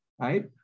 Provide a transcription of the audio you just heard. right